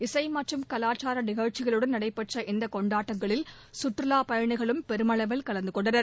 இசைமற்றும் கலாச்சாரநிகழ்ச்சிகளுடன் நடைபெற்ற இந்தகொண்டாட்டங்களில் சுற்றுலாப் பயணிகளும் பெருமளவில் கலந்த கொண்டனர்